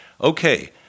Okay